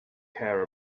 care